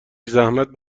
زحمت